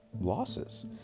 losses